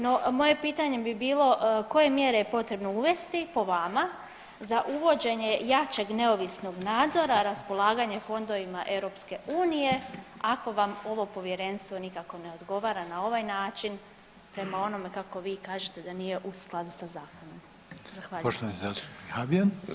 No, moje pitanje bi bilo koje mjere je potrebno uvesti po vama za uvođenje jačeg neovisnog nadzora raspolaganja fondovima EU, ako vam ovo povjerenstvo nikako ne odgovara na ovaj način prema onome kako vi kažete da nije u skladu sa zakonom.